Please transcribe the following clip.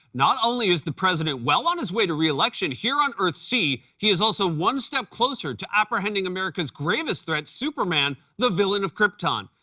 not only is the president well on his way to reelection here on earth-c, he is also one step closer to apprehending america's gravest threat, superman, the villain of krypton.